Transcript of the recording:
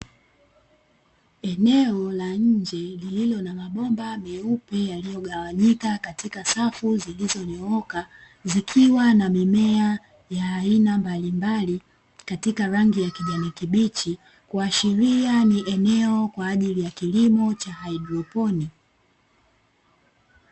Eneo la nje lililo na mabomba meupe yaliyogawanyika katika safu zilizonyooka, zikiwa na mimea ya aina mbalimbali katika rangi ya kijani kibichi, kuashiria ni eneo kwa ajili ya kilimo cha haidroponi.